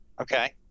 Okay